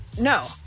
No